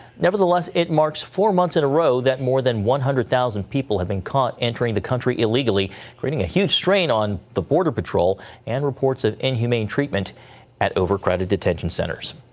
nevertheless, it marks four months in a row that more than one hundred thousand people have been caught entering the country illegally creating a huge strain on the border patrol and reports of inhumane treatment at overcrowded detention centers.